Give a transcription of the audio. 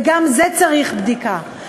וגם זה צריך בדיקה,